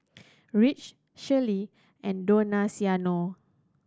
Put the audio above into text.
Rich Sheryll and Donaciano